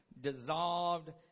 dissolved